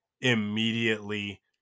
immediately